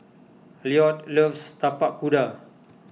Lloyd loves Tapak Kuda